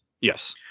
Yes